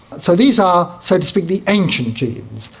so these are, so to speak, the ancient genes.